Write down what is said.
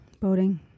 Boating